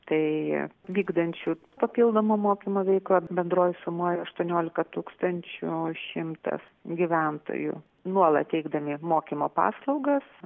tai vykdančių papildomo mokymo veiklą bendroj sumoj aštuoniolika tūkstančių šimtas gyventojų nuolat teikdami mokymo paslaugas